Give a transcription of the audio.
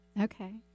Okay